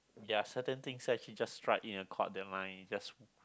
there are certain things that she just strike in a chord that my